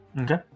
Okay